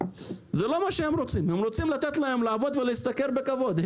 הם רוצים שייתנו להם לעבוד ולהשתכר בכבוד.